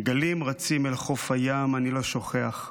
/ גלים רצים אל חוף הים / אני לא שוכח".